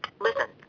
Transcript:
Listen